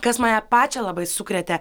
kas mane pačią labai sukrėtė